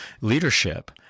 leadership